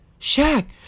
Shaq